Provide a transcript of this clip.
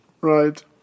Right